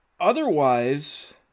otherwise